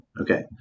Okay